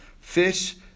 fish